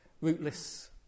rootless